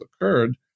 occurred